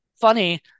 funny